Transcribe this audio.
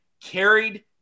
carried